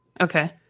Okay